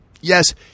Yes